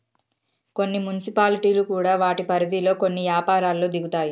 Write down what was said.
కొన్ని మున్సిపాలిటీలు కూడా వాటి పరిధిలో కొన్ని యపారాల్లో దిగుతాయి